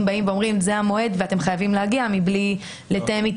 באים ואומרים שזה המועד והחייב חייב להגיע מבלי לתאם.